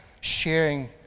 sharing